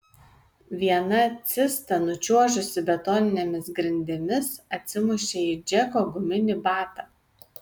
viena cista nučiuožusi betoninėmis grindimis atsimušė į džeko guminį batą